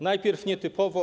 Najpierw nietypowo.